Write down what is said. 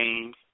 games